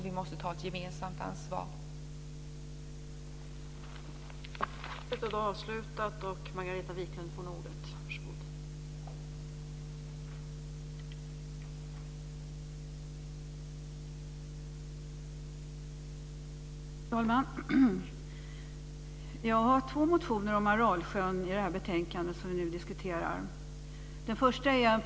Vi måste ta ett gemensamt ansvar här.